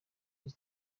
kuri